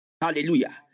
Hallelujah